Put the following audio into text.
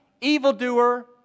evildoer